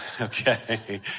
okay